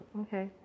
Okay